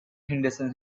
henderson